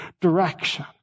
direction